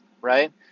right